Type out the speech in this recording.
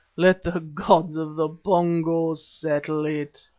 let the gods of the pongo settle it.